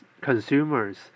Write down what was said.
consumers